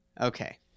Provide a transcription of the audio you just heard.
Okay